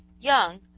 young,